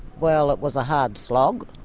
well, it was a hard slog,